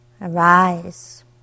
arise